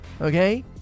okay